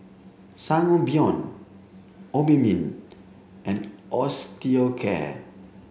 Sangobion Obimin and Osteocare